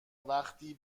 وقتی